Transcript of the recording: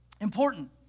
important